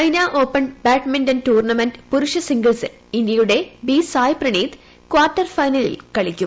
China open badminton tournament പുരുഷ സിംഗിൾസിൽ ഇന്ത്യയുടെ ബി സായ് പ്രണീത് കാർട്ടർ ഫൈനലിൽ കളിക്കും